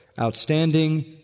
outstanding